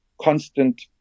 constant